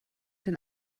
den